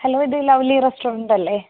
hello ഇത് lovely restaurant അല്ലേ